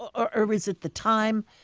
ah or is it the time?